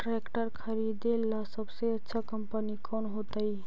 Tractor खरीदेला सबसे अच्छा कंपनी कौन होतई?